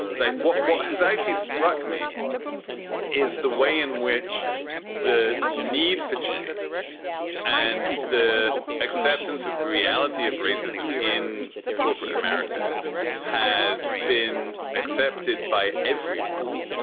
like what what has actually struck me is the way in which the need for change and the acceptance of the reality of racism in corporate america has been accepted by everyone.